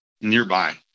nearby